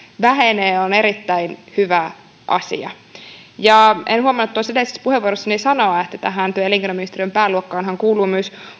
vähenee on erittäin hyvä asia en huomannut tuossa edellisessä puheenvuorossani sanoa että tähän työ ja elinkeino ministeriön pääluokkaanhan kuuluu myös